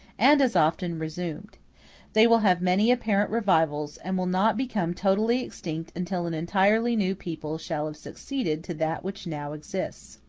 and as often resumed they will have many apparent revivals, and will not become totally extinct until an entirely new people shall have succeeded to that which now exists.